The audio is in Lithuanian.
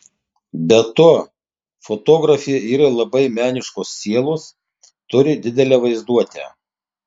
be to fotografė yra labai meniškos sielos turi didelę vaizduotę